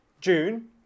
June